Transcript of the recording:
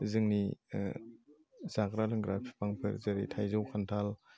जोंनि जाग्रा लोंग्रा फिफांफोर जेरै थाइजौ खान्थाल